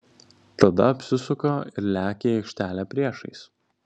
tada apsisuka ir lekia į aikštelę priešais